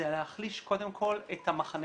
זה להחליש קודם כל את המחנה